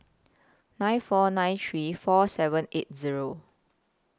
nine four nine three four seven eight Zero